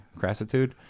crassitude